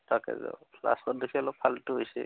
তাকে য'ত লাষ্টৰ দিশে অলপ ফাল্টু হৈছে